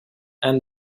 and